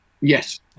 Yes